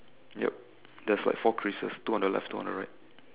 yup there's like four creases two on the left two on the right